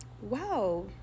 wow